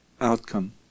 outcome